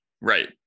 right